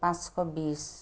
পাঁচশ বিশ